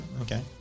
okay